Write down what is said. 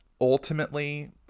ultimately